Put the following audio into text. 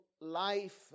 life